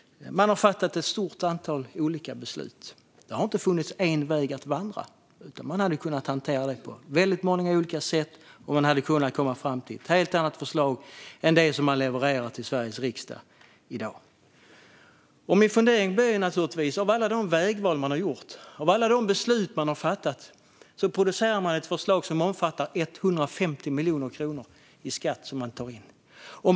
Den har fattat ett stort antal olika beslut. Det har inte funnits en väg att vandra. Den hade kunnat hantera det på väldigt många olika sätt och kunnat komma fram till ett helt annat förslag än det som den levererar till Sveriges riksdag i dag. Det leder naturligtvis till en fundering. Efter alla de vägval regeringen har gjort, och efter alla de beslut man har fattat, producerar man ett förslag som omfattar 150 miljoner kronor i skatt som man tar in.